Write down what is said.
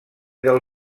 del